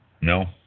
No